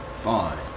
fine